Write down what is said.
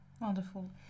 Wonderful